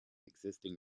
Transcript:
existing